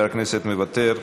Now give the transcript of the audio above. מוותר,